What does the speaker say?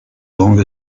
along